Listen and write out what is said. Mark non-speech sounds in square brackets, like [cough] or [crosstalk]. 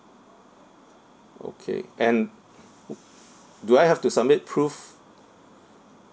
okay and [noise] do I have to submit proof